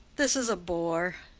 this is a bore.